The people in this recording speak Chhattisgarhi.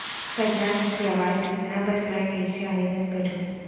परधानमंतरी आवास योजना बर मैं कइसे आवेदन करहूँ?